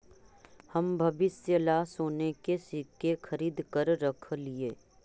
हम भविष्य ला सोने के सिक्के खरीद कर रख लिए